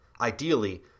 Ideally